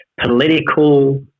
political